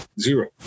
zero